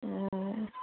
অঁ